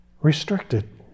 restricted